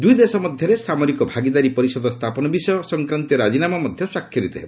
ଦୁଇ ଦେଶ ମଧ୍ୟରେ ସାମରିକ ଭାଗିଦାରୀ ପରିଷଦ ସ୍ଥାପନ ବିଷୟ ସଂକ୍ରାନ୍ତୀୟ ରାଜିନାମା ମଧ୍ୟ ସ୍ୱାକ୍ଷରିତ ହେବ